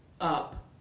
up